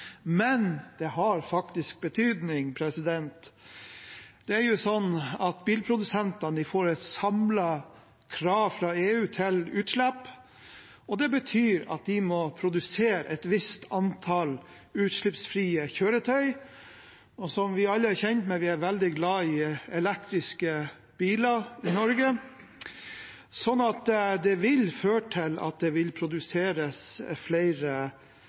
Men det har faktisk betydning. Bilprodusentene får et samlet krav fra EU når det gjelder utslipp, og det betyr at de må produsere et visst antall utslippsfrie kjøretøy. Som vi alle er kjent med, er vi veldig glad i elektriske biler i Norge, og dette vil føre til at det blir produsert flere